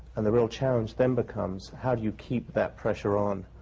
and the real challenge then becomes how do you keep that pressure on,